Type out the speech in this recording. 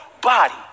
body